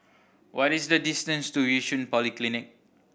what is the distance to Yishun Polyclinic